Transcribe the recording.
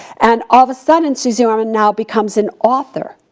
and all of a sudden and suze yeah orman now becomes an author.